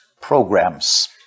programs